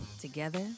Together